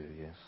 yes